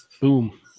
boom